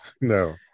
no